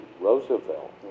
Roosevelt